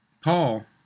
Paul